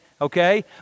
okay